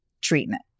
treatment